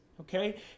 Okay